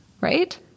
right